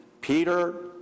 Peter